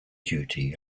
duty